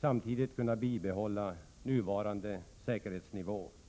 samtidigt som nuvarande säkerhetsnivå bibehålls.